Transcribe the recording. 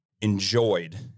enjoyed